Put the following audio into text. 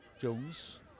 Jones